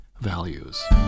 values